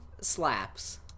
slaps